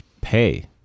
pay